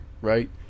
right